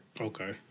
Okay